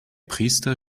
priester